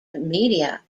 media